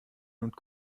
und